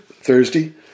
Thursday